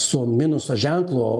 su minuso ženklu